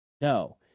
No